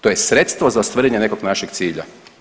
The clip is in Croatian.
To je sredstvo za ostvarenje nekog našeg cilja.